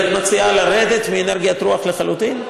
אז את מציעה לרדת מאנרגיית רוח לחלוטין?